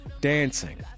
dancing